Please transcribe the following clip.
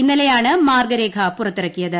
ഇന്നലെയാണ് മാർഗ്ഗരേഖ പുറത്തിറക്കിയത്